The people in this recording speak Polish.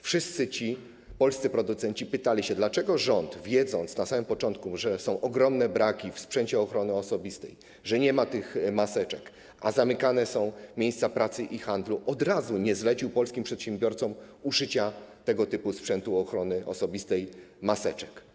Wszyscy ci polscy producenci pytali się, dlaczego rząd, wiedząc na samym początku, że są ogromne braki w sprzęcie ochrony osobistej, że nie ma tych maseczek, a zamykane są miejsca pracy i handlu, od razu nie zlecił polskim przedsiębiorcom uszycia tego typu sprzętu ochrony osobistej, maseczek.